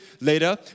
later